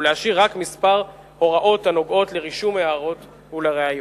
ולהשאיר רק כמה הוראות הנוגעות לרישום הערות ולראיות.